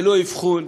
ללא אבחון,